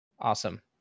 Awesome